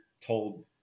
told